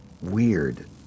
weird